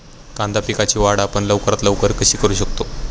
कांदा पिकाची वाढ आपण लवकरात लवकर कशी करू शकतो?